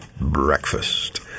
breakfast